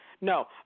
No